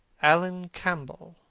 alan campbell,